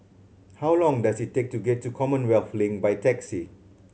how long does it take to get to Commonwealth Link by taxi